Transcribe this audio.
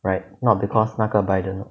right not because 那个 biden